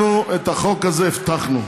אנחנו את החוק הזה הבטחנו.